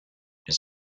elle